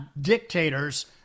dictators